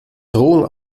drohung